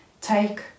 take